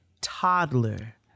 toddler